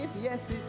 Yes